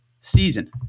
season